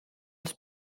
als